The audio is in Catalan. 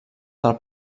del